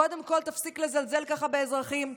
קודם כול תפסיק לזלזל ככה באזרחים,